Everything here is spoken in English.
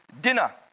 dinner